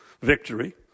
victory